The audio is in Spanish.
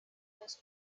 los